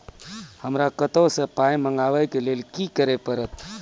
हमरा कतौ सअ पाय मंगावै कऽ लेल की करे पड़त?